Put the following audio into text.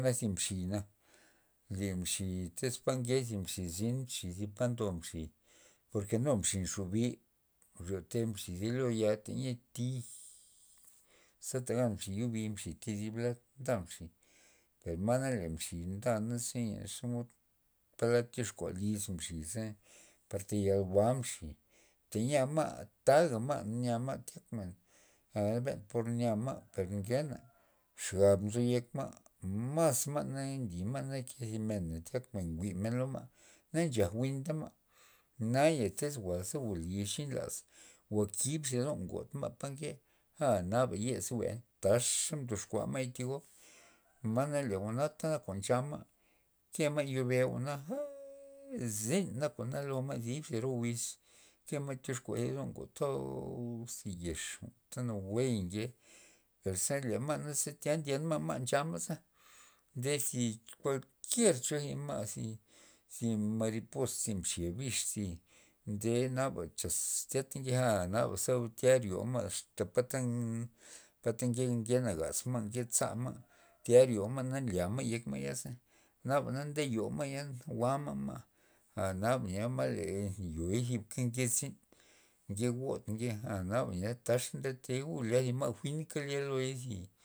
Na zi mxina, le mxi tyz panke thi mxi zyn thi palad ndo mxi por ke nu mxi nxubi ryote mxi lo thi ya teyia tijj ze tagan mxi thi di lad nda mxi per la le mxi ndana zenya xomod poland tyoxkua liz mxiza ze par tayal jwa' mxi teyia ma' taga nya ma' nya ma' tyakmen a la ben por nya ma' pen ngena xab nzo yek ma' mas ma' na mlyma' ke thi mena tyak men jwi'men lo ma' na nchaj jwi'ntaa ma' naya tuz jwa' ze jwa'liy ya xinlaz kokib zi do ngod ma' pa nke naba ye ze jwia tatx mdoxkua may ma le jwa'na nak jwa'n ncha ma' ke ma' bw jwa'na perr zyn nak jwa'na dib thi ro wiz ke ma' tyoxkua do got jwa'n toz thi yex anta nawue nke per le ma' tya tyenma' nchama' za dezi kualkier cho zi ma' zi maripoz zi mxia bix nde naba anta chaz teyia naba tyo ma' asta pata nke nagaz ma' nke za ma' tya nryo ma' yaza nde yu ma'ze jwa'ma' ma' a naba nya yoizipka nke zyn nke god nke a naba nya taxa lya thi ma' jwi'nka loizya.